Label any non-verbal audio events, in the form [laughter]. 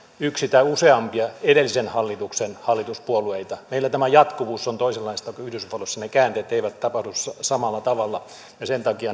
yksi tai useampia edellisen hallituksen hallituspuolueita meillä tämä jatkuvuus on toisenlaista kuin yhdysvalloissa ne käänteet eivät tapahdu samalla tavalla ja sen takia [unintelligible]